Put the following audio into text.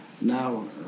now